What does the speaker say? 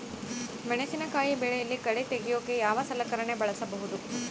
ಮೆಣಸಿನಕಾಯಿ ಬೆಳೆಯಲ್ಲಿ ಕಳೆ ತೆಗಿಯೋಕೆ ಯಾವ ಸಲಕರಣೆ ಬಳಸಬಹುದು?